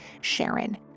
SHARON